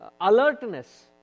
alertness